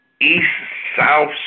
east-south